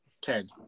Ten